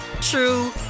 true